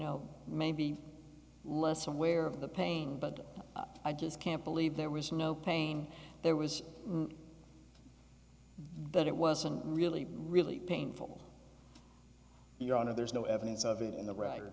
know maybe less aware of the pain but i just can't believe there was no pain there was that it wasn't really really painful your honor there's no evidence of it in